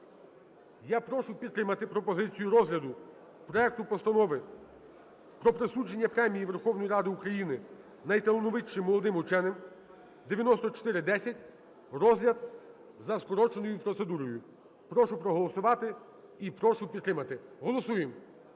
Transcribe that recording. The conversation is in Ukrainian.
я прошу підтримати пропозицію розгляду проекту Постанови про присудження Премії Верховної Ради України найталановитішим молодим ученим (9410), розгляд за скороченою процедурою. Прошу проголосувати і прошу підтримати. Голосуємо.